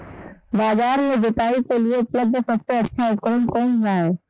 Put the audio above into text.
बाजार में जुताई के लिए उपलब्ध सबसे अच्छा उपकरण कौन सा है?